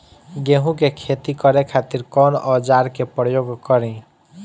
गेहूं के खेती करे खातिर कवन औजार के प्रयोग करी?